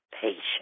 patience